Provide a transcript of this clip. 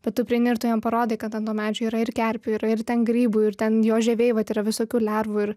bet tu prieini ir tu jam parodai kad ant to medžio yra ir kerpių yra ir ten grybų ir ten jo žievėj vat yra visokių lervų ir